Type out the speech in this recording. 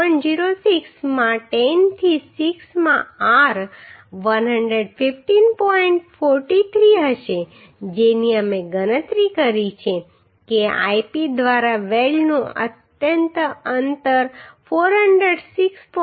06 માં 10 થી 6 માં r 115 પોઇન્ટ 43 હશે જેની અમે ગણતરી કરી છે કે Ip દ્વારા વેલ્ડનું અત્યંત અંતર 406